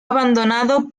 abandonado